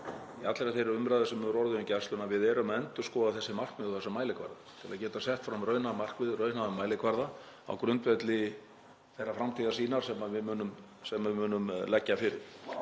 í allri þeirri umræðu sem hefur orðið um Gæsluna að við erum að endurskoða þessi markmið og þessa mælikvarða til að geta sett fram raunhæf markmið og raunhæfa mælikvarða á grundvelli þeirrar framtíðarsýnar sem við munum leggja fyrir.